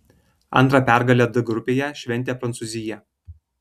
antrą pergalę d grupėje šventė prancūzija